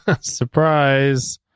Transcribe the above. Surprise